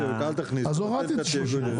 נדון בזה.